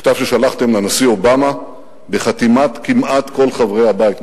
מכתב ששלחתם לנשיא אובמה בחתימת כמעט כל חברי הבית,